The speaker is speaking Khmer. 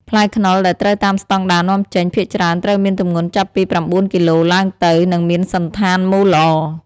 ផ្លែខ្នុរដែលត្រូវតាមស្តង់ដារនាំចេញ ភាគច្រើនត្រូវមានទម្ងន់ចាប់ពី ៩ គីឡូឡើងទៅ និងមានសណ្ឋានមូលល្អ។